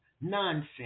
Nonsense